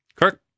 Kirk